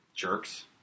Jerks